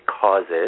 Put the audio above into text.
causes